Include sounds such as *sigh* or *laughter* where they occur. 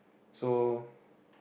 so *breath*